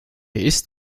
ist